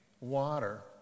Water